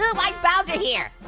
and like bowser here?